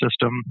system